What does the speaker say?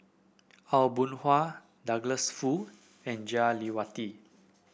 Aw Boon Haw Douglas Foo and Jah Lelawati